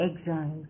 exile